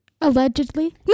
allegedly